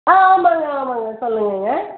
ஆ ஆமாங்க ஆமாங்க சொல்லுங்கங்க